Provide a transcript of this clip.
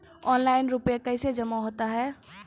Online रुपये कैसे जमा होता हैं?